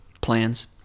Plans